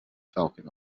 falcon